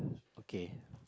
okay